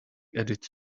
added